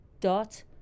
dot